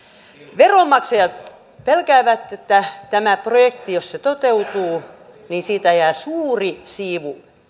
veronmaksajat pelkäävät että tästä projektista jos se toteutuu jää suuri siivu